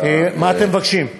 מה אתם מבקשים?